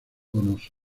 donoso